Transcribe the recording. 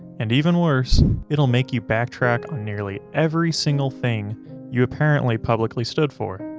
and even worse it'll make you backtrack on nearly every single thing you apparently publicly stood for.